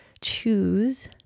Choose